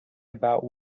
about